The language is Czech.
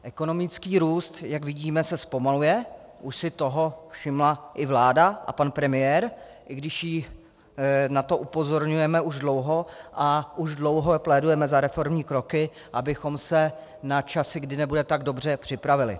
Ekonomický růst, jak vidíme, se zpomaluje, už si toho všimla i vláda a pan premiér, i když je na to upozorňujeme už dlouho a už dlouho plédujeme za reformní kroky, abychom se na časy, kdy nebude tak dobře, připravili.